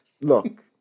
look